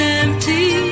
empty